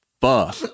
Fuck